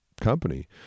company